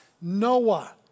Noah